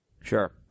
Sure